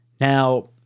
now